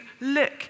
look